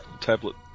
tablet